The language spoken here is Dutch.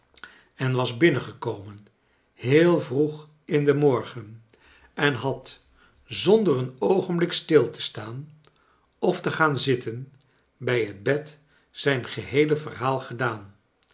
en was binnengekomen heel vroeg in den morgen en had zonder een oogenblik stil te staan of to gaan zitten bij het bed zijn geheele verhaal gedaan